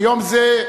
ביום זה,